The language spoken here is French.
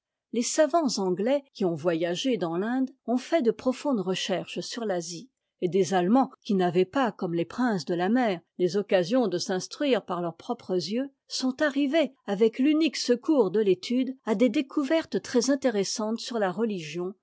les savants anglais qui ont voyagé dans l'inde ont fait de profondes recherches sur l'asie et des aiiemands qui n'avaient pas comme les princes de la mer les occasions de s'instruire par leurs propres yeux sont arrivés avec l'unique secours de l'étude à des découvertes très intéressantes sur la religion